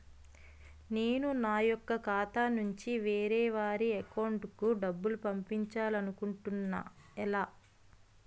నేను నా యెక్క ఖాతా నుంచి వేరే వారి అకౌంట్ కు డబ్బులు పంపించాలనుకుంటున్నా ఎలా?